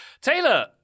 Taylor